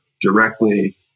directly